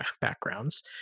backgrounds